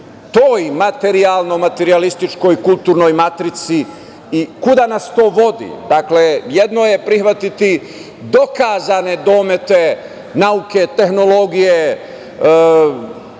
toj materijalno-materijalističkoj kulturnoj matrici i kuda nas to vodi. Dakle, jedno je prihvatiti dokazane domete nauke, tehnologije,